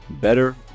better